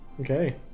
Okay